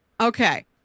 Okay